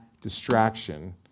distraction